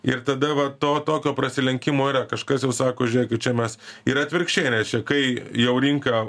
ir tada va to tokio prasilenkimo yra kažkas jau sako žiūrėkit čia mes ir atvirkščiai reiškia kai jau rinka